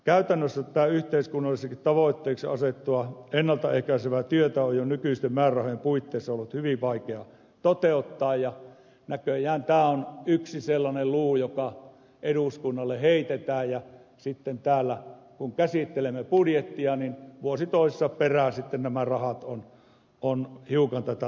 käytännössä tätä yhteiskunnalliseksikin tavoitteeksi asettua ennalta ehkäisevää työtä on jo nykyisten määrärahojen puitteissa ollut hyvin vaikea toteuttaa ja näköjään tämä on yksi sellainen luu joka eduskunnalle heitetään ja sitten kun täällä käsittelemme budjettia niin vuosi toisensa perään näiden rahojen tasoa on hiukan korotettu